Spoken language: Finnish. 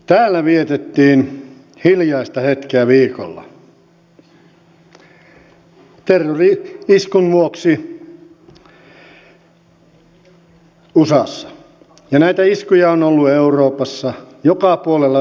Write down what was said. täällä vietettiin hiljaista hetkeä viikolla terrori iskun vuoksi usassa ja näitä iskuja on ollut euroopassa joka puolella päivittäin saa lukea